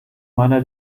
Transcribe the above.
meiner